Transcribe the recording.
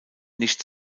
nicht